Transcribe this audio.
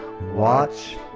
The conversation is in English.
watch